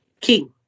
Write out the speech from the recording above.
king